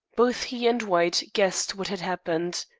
both he and white guessed what had happened.